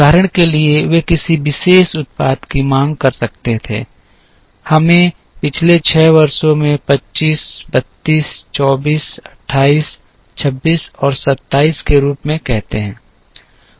उदाहरण के लिए वे किसी विशेष उत्पाद की मांग कर सकते थे हमें पिछले 6 वर्षों में 25 32 24 28 26 और 27 के रूप में कहते हैं